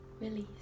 Release